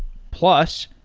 plus,